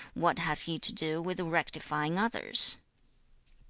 what has he to do with rectifying others